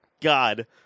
God